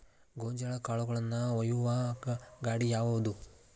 ಗೋಂಜಾಳ ಕಾಳುಗಳನ್ನು ಒಯ್ಯುವ ಗಾಡಿ ಯಾವದು?